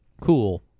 cool